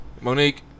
Monique